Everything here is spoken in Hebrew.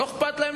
ולא אכפת להם,